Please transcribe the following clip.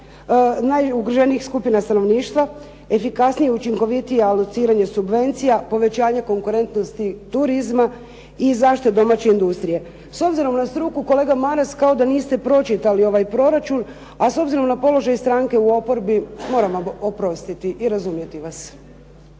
najugroženijih skupina stanovništva, efikasnije i učinkovitije alociranje subvencija, povećanje konkurentnosti turizma i zaštita domaće industrije. S obzirom na struku, kolega Maras kao da niste pročitali ovaj proračun, a s obzirom na položaj stranke u oporbi moram vam oprostiti i razumjeti vas.